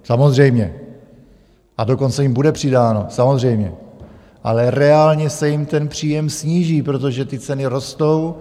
Samozřejmě, a dokonce jim bude přidáno, samozřejmě, ale reálně se jim ten příjem sníží, protože ty ceny rostou.